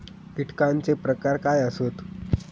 कीटकांचे प्रकार काय आसत?